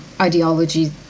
ideology